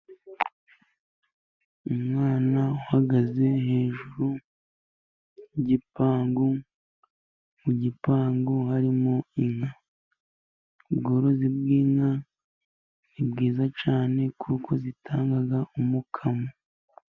Umwana uhagaze hejuru y'igipangu. Mu gipangu harimo inka. Ubworozi bw'inka ni bwiza cyane kuko zitanga umukamo.